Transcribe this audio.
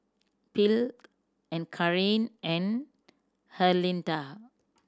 Phil and Karin and Herlinda